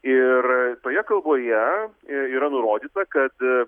ir toje kalboje yra nurodyta kad